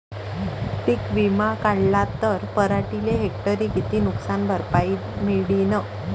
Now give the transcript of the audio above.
पीक विमा काढला त पराटीले हेक्टरी किती नुकसान भरपाई मिळीनं?